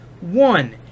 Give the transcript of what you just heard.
One